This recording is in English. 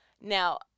Now